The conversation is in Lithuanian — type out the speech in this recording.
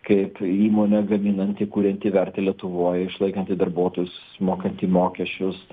kaip įmonė gaminanti kurianti vertę lietuvoj išlaikanti darbuotojus mokanti mokesčius